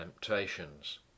temptations